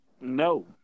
No